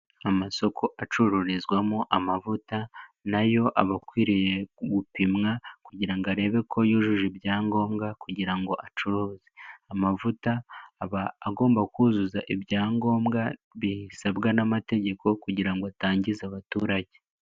Amasoko acururizwamo amavuta nayo aba akwiriye gupimwa kugira ngo arebe ko yujuje ibyangombwa kugira ngo acuruze. Amavuta aba agomba kuzuza ibyangombwa bisabwa n'amategeko kugira ngo atangiza abaturage.